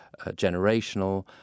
generational